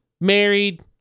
married